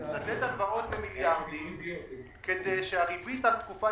הלוואות במיליארדים כדי שהריבית על תקופת